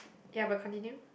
ya but continue